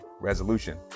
resolution